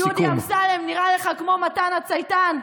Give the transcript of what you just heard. דודי אמסלם נראה לך כמו מתן הצייתן?